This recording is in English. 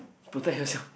protect yourself